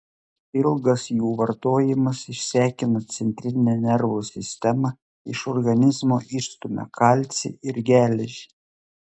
ilgas jų vartojimas išsekina centrinę nervų sistemą iš organizmo išstumia kalcį ir geležį